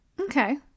okay